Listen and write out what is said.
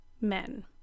men